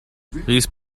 these